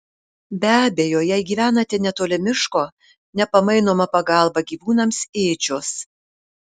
be abejo jei gyvenate netoli miško nepamainoma pagalba gyvūnams ėdžios